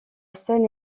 scène